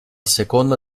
seconda